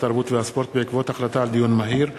התרבות והספורט בעקבות דיון מהיר בנושא: